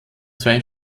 zwei